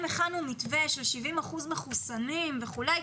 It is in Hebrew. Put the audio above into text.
הכנו מתווה של 70 אחוזים מחוסנים וכולי,